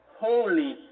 holy